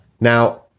Now